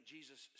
Jesus